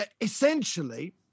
essentially